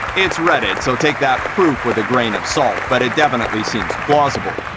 it's reddit, so take that proof with a grain of salt, but it definitely seems plausible.